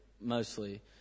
mostly